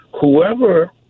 whoever